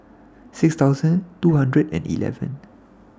six two hundred and eleven